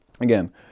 Again